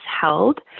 held